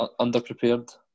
underprepared